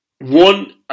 one